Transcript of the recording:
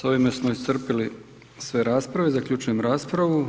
A ovime smo iscrpili sve rasprave, zaključujem raspravu.